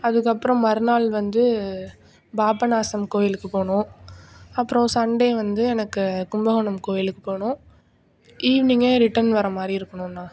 அதுக்கப்றம் மறுநாள் வந்து பாபநாசம் கோயிலுக்கு போகணும் அப்றம் சண்டே வந்து எனக்கு கும்பகோணம் கோயிலுக்கு போகணும் ஈவினிங்கே ரிட்டர்ன் வர மாதிரி இருக்கணுண்ணா